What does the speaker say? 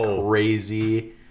crazy